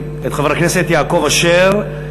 את חבר הכנסת יעקב אשר.